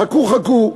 "חכו, חכו"